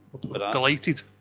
Delighted